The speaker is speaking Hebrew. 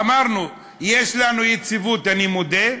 אמרנו: יש לנו יציבות, אני מודה.